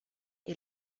est